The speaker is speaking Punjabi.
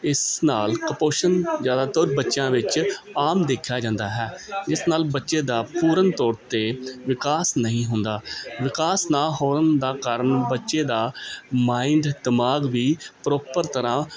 ਇਸ ਨਾਲ ਕੁਪੋਸ਼ਣ ਜ਼ਿਆਦਾਤਰ ਬੱਚਿਆਂ ਵਿੱਚ ਆਮ ਦੇਖਿਆ ਜਾਂਦਾ ਹੈ ਜਿਸ ਨਾਲ ਬੱਚੇ ਦਾ ਪੂਰਨ ਤੌਰ 'ਤੇ ਵਿਕਾਸ ਨਹੀਂ ਹੁੰਦਾ ਵਿਕਾਸ ਨਾ ਹੋਣ ਦਾ ਕਾਰਨ ਬੱਚੇ ਦਾ ਮਾਇੰਡ ਦਿਮਾਗ ਵੀ ਪ੍ਰੋਪਰ ਤਰ੍ਹਾਂ